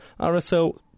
RSL